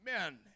Amen